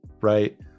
right